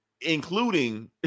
including